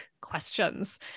questions